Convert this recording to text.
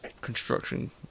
construction